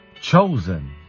Chosen